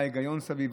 מה ההיגיון סביב?